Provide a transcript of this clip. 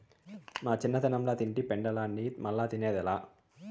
మా చిన్నతనంల తింటి పెండలాన్ని మల్లా తిన్నదేలా